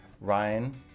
Ryan